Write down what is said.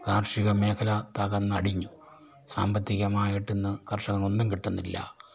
കാർഷിക മേഖല തകർന്നടിഞ്ഞു സാമ്പത്തികമായിട്ടിന്ന് കർഷകനൊന്നും കിട്ടുന്നില്ല